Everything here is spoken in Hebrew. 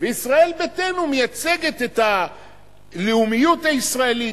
וישראל ביתנו מייצגת את הלאומיות הישראלית,